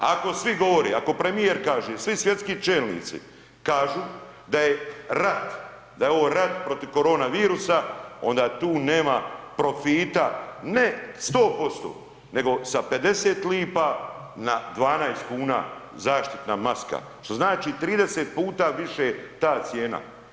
Ako svi govore i ako premijer kaže i svi svjetski čelnici kažu da je rat, da je ovo rat protiv korona virusa onda tu nema profita, ne 100% nego sa 50 lipa na 12 kuna zaštitna maska što znači 30 puta više ta cijena.